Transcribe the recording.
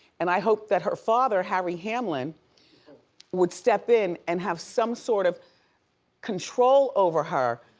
and i hope that her father harry hamlin would step in and have some sort of control over her.